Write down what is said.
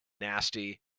nasty